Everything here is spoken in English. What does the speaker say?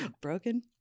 Broken